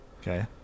Okay